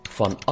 van